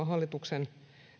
hallituksen